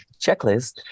checklist